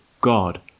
God